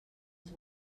els